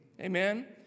Amen